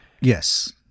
Yes